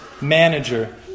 manager